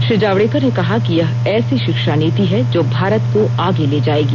श्री जावड़ेकर ने कहा कि यह ऐसी शिक्षा नीति है जो भारत को आगे ले जाएगी